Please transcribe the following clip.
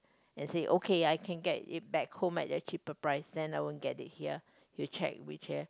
and say okay I can get it back home at a cheaper price then I won't get it here you check you check